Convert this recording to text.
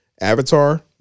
Avatar